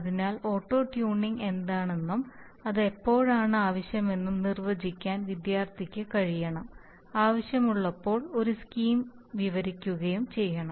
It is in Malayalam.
അതിനാൽ ഓട്ടോ ട്യൂണിംഗ് എന്താണെന്നും അത് എപ്പോഴാണ് ആവശ്യമെന്നും നിർവചിക്കാൻ വിദ്യാർത്ഥിക്ക് കഴിയണം ആവശ്യമുള്ളപ്പോൾ ഒരു സ്കീം വിവരിക്കുകയും ചെയ്യണം